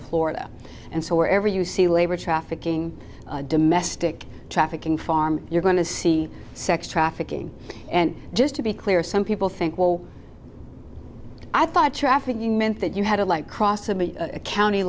of florida and so wherever you see labor trafficking domestic trafficking farm you're going to see sex trafficking and just to be clear some people think will i thought trafficking meant that you had to like crossed a county